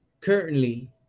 currently